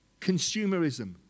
consumerism